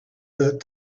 that